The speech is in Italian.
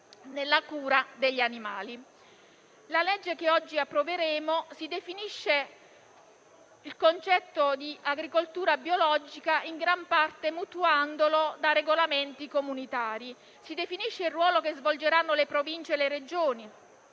che oggi approveremo definisce il concetto di agricoltura biologica, in gran parte mutuandolo da regolamenti comunitari. Si definisce il ruolo che svolgeranno le Province e le Regioni,